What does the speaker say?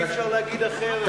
ואי-אפשר להגיד אחרת.